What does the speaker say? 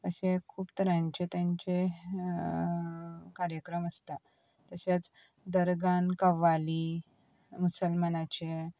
अशे खूब तरांचे तांचे कार्यक्रम आसता तशेच दरगान कवाली मुसलमानाचे